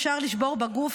אפשר לשבור בגוף,